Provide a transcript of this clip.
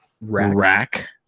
rack